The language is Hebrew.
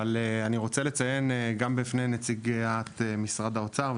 אבל אני רוצה לציין גם בפני נציגת משרד האוצר,